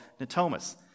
Natomas